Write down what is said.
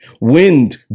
Wind